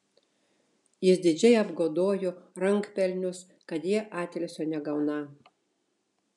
jis didžiai apgodojo rankpelnius kad jie atilsio negauną